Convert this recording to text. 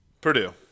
Purdue